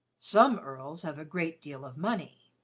some earls have a great deal of money.